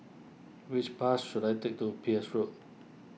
which bus should I take to Peirce Road